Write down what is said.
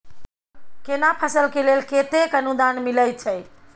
केना फसल के लेल केतेक अनुदान मिलै छै?